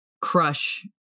crush